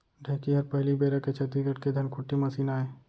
ढेंकी हर पहिली बेरा के छत्तीसगढ़ के धनकुट्टी मसीन आय